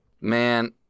Man